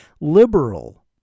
Liberal